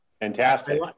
fantastic